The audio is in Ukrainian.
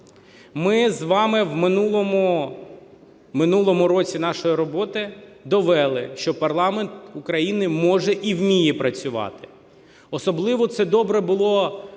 Ми з вами в минулому році нашої роботи довели, що парламент України може і вміє працювати. Особливо це добре було